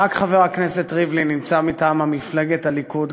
רק חבר הכנסת ריבלין נמצא מטעם מפלגת הליכוד,